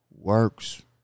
works